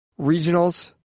regionals